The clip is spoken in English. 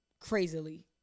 crazily